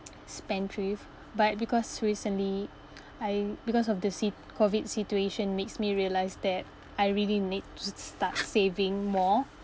spendthrift but because recently I because of the sit~ COVID situation makes me realise that I really need to s~ start saving more